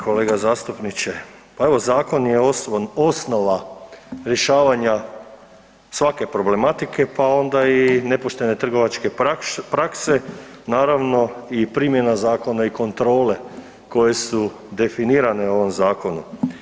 Kolega zastupniče, pa evo zakon je osnova rješavanja svake problematike, pa onda i nepoštene trgovačke prakse, naravno i primjena zakona i kontrole koje su definirane u ovom zakonu.